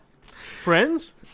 Friends